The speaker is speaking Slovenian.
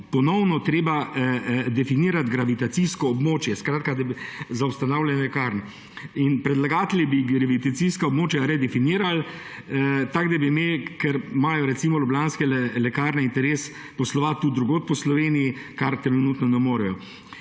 ponovno treba definirati gravitacijsko območje za ustanavljanje lekarn. In predlagatelji bi gravitacijska območja redefinirali tako, da bi imeli, ker imajo recimo Ljubljanske lekarne interes poslovati tudi drugod po Sloveniji, kar trenutno ne morejo,